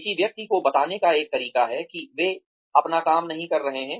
किसी व्यक्ति को बताने का एक तरीका है कि वे अपना काम नहीं कर रहे हैं